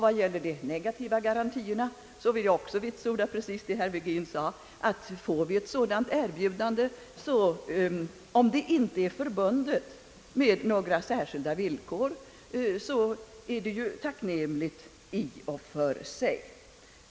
Vad gäller de negativa garantierna vill jag också vitsorda vad herr Virgin sade, nämligen att får vi ett sådant erbjudande och det inte är förbundet med några särskilda villkor, så är det ju tacknämligt i och för sig.